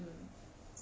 um